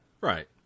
Right